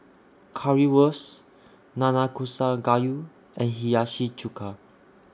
Currywurst Nanakusa Gayu and Hiyashi Chuka